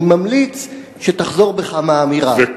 אני ממליץ שתחזור בך מהאמירה הזאת.